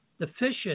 deficient